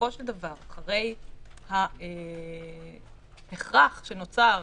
שבסופו של דבר אחרי ההכרח שנוצר